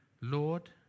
Lord